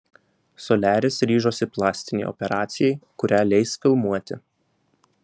soliaris ryžosi plastinei operacijai kurią leis filmuoti